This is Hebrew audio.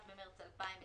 1 במרץ 2020,